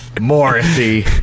Morrissey